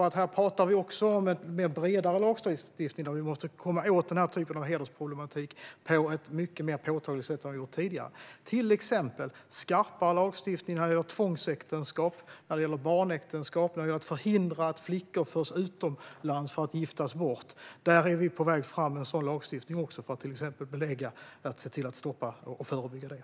Vi pratar om en bredare lagstiftning för att komma åt den typen av hedersproblematik på ett mer påtagligt sätt än tidigare. Det handlar till exempel om skarpare lagstiftning när det gäller tvångsäktenskap och barnäktenskap och när det gäller att förhindra att flickor förs utomlands för att giftas bort. Vi är på väg fram med en sådan lagstiftning också, för att se till att stoppa och förebygga det.